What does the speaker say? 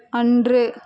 அன்று